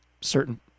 certain